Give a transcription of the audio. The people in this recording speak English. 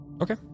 Okay